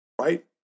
right